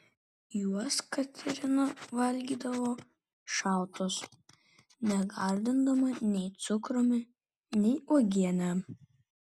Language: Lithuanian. juos katerina valgydavo šaltus negardindama nei cukrumi nei uogiene